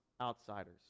outsiders